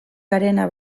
garena